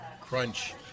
crunch